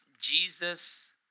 Jesus